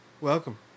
Welcome